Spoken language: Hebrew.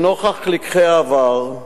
לנוכח לקחי העבר,